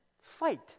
fight